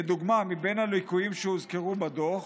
לדוגמה, מבין הליקויים שהוזכרו בדוח